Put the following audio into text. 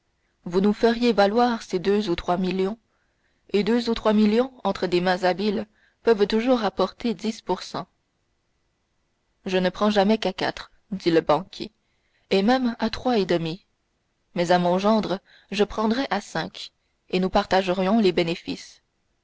vous nous feriez valoir ces deux ou trois millions et deux ou trois millions entre des mains habiles peuvent toujours rapporter dix pour cent je ne prends jamais qu'à quatre dit le banquier et même à trois et demi mais à mon gendre je prendrais à cinq et nous partagerions les bénéfices